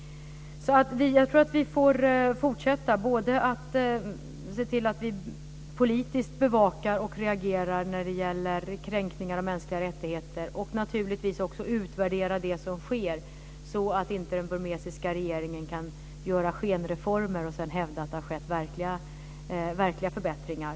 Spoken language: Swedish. Jag tror alltså att vi får fortsätta. Vi får se till att politiskt bevaka detta och reagera för kränkningar av mänskliga rättigheter. Naturligtvis ska vi också utvärdera det som sker så att inte den burmesiska regeringen kan göra skenreformer och sedan hävda att det har skett verkliga förbättringar.